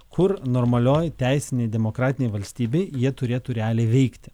kur normalioj teisinėj demokratinėj valstybėj jie turėtų realiai veikti